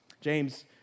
James